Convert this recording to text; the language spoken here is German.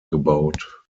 gebaut